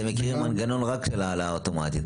את מכיר מנגנון רק של העלאה אוטומטית.